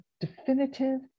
definitive